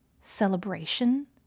celebration